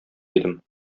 идем